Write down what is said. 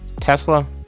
tesla